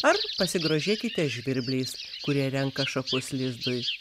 ar pasigrožėkite žvirbliais kurie renka šapus lizdui